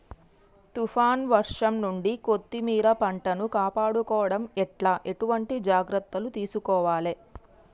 తుఫాన్ వర్షం నుండి కొత్తిమీర పంటను కాపాడుకోవడం ఎట్ల ఎటువంటి జాగ్రత్తలు తీసుకోవాలే?